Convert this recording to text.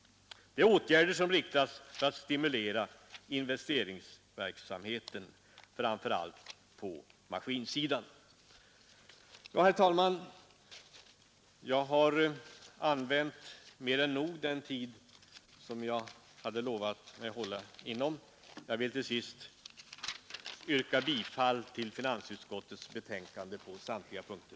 Det är åtgärder för att stimulera investeringsverksamheten, framför allt på maskinsidan. Herr talman! Jag har här använt längre tid än den jag lovat hålla mig inom, och jag yrkar till sist bifall till finansutskottets hemställan på samtliga punkter.